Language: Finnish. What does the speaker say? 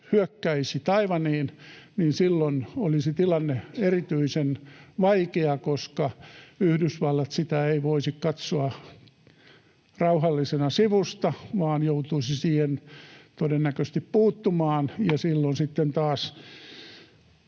hyökkäisi Taiwaniin, niin silloin olisi tilanne erityisen vaikea, koska Yhdysvallat sitä ei voisi katsoa rauhallisena sivusta vaan joutuisi siihen todennäköisesti puuttumaan,